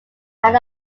out